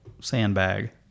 sandbag